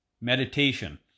meditation